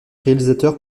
réalisateur